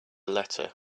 letter